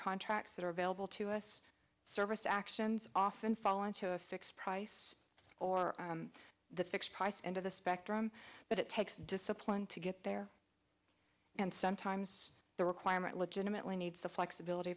contracts that are available to us service actions often fall into a fixed price or the fixed price end of the spectrum but it takes discipline to get there and sometimes the requirement legitimately needs the flexibility